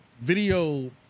video